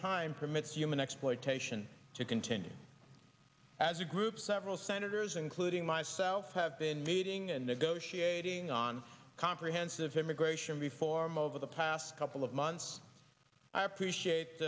time permits human exploitation to continue as a group several senators including myself have been meeting and negotiating on comprehensive immigration reform over the past couple of months i appreciate